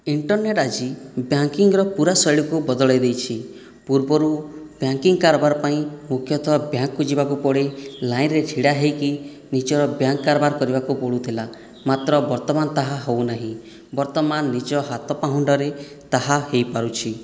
internet ଆଜି ବ୍ୟାଙ୍କିଂର ପୁରା ଶୈଳୀକୁ ବଦଳାଇ ଦେଇଛି ପୂର୍ବରୁ ବ୍ୟାଙ୍କିଂ କାରବାର ପାଇଁ ମୁଖ୍ୟତଃ ବ୍ୟାଙ୍କ୍କୁ ଯିବାକୁ ପଡ଼େ ଲାଇନ୍ରେ ଛିଡ଼ା ହୋଇକି ନିଜର ବ୍ୟାଙ୍କ୍ କାରବାର କରିବାକୁ ପଡ଼ୁଥିଲା ମାତ୍ର ବର୍ତ୍ତମାନ ତାହା ହେଉନାହିଁ ବର୍ତ୍ତମାନ ନିଜ ହାତ ପାହୁଣ୍ଡରେ ତାହା ହୋଇପାରୁଛି